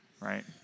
right